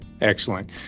Excellent